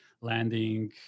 landing